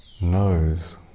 knows